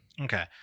okay